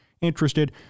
interested